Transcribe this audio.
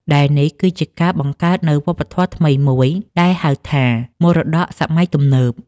ដែលនេះគឺជាការបង្កើតនូវវប្បធម៌ថ្មីមួយដែលហៅថា មរតកសម័យទំនើប ។